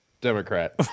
Democrat